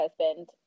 husband